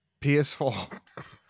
PS4